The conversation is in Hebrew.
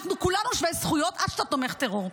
אנחנו כולנו שווי זכויות עד שאתה תומך טרור.